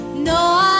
¡No